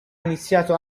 iniziato